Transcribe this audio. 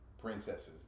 princesses